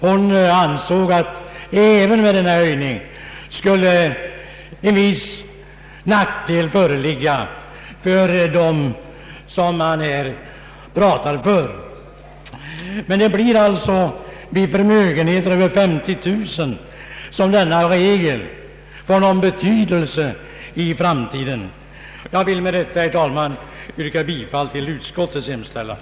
Hon ansåg att det även med denna höjning skulle bli en viss nackdel för dem som man här pratar för. Men endast i de fall att det finns en förmögenhet över 50000 kronor har denna regel någon betydelse i framtiden. Jag vill med detta, herr talman, yrka bifall till utskottets hemställan.